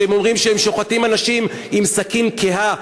כשהם אומרים שהם שוחטים אנשים עם סכין קהה,